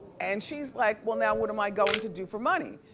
and she's like, well now what am i going to do for money?